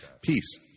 Peace